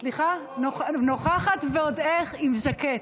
סליחה, נוכחת ועוד איך, עם ז'קט.